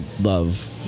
love